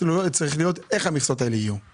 אני